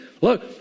Look